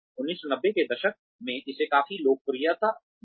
1990 के दशक में इसे काफी लोकप्रियता मिली